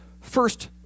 first